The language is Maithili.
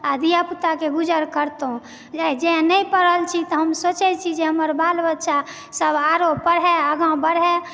आ धियापुताके गुजर करतहुँ आइ जैं नहि पढ़ल छी तऽ हम सोचए छी जे हमर बाल बच्चासभ आरो पढ़य आगाँ बढ़य